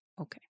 Okay